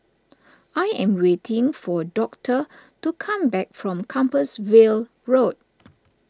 I am waiting for Doctor to come back from Compassvale Road